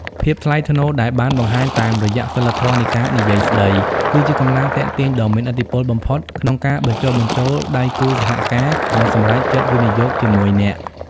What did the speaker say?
ភាពថ្លៃថ្នូរដែលបានបង្ហាញតាមរយៈសីលធម៌នៃការនិយាយស្ដី គឺជាកម្លាំងទាក់ទាញដ៏មានឥទ្ធិពលបំផុតក្នុងការបញ្ចុះបញ្ចូលដៃគូសហការឱ្យសម្រេចចិត្តវិនិយោគជាមួយអ្នក។